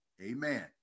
Amen